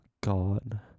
God